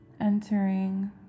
entering